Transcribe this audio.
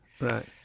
Right